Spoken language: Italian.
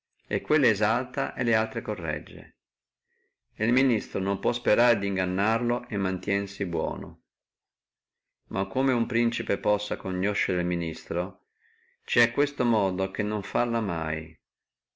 e quelle esalta e le altre corregge et il ministro non può sperare di ingannarlo e mantiensi buono ma come uno principe possa conoscere el ministro ci è questo modo che non falla mai